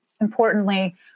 importantly